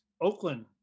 Oakland